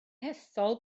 hethol